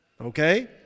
Okay